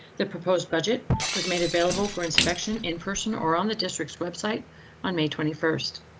the proposed budget was made available for inspection in person or on the district website on may twenty first.